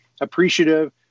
appreciative